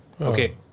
okay